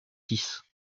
six